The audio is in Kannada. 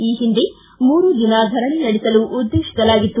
ಈ ಹಿಂದೆ ಮೂರು ದಿನ ಧರಣಿ ನಡೆಸಲು ಉದ್ಗೇತಿಸಲಾಗಿತ್ತು